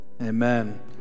Amen